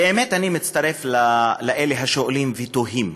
באמת, אני מצטרף לאלה השואלים ותוהים: